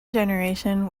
generation